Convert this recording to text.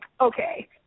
okay